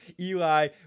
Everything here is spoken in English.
eli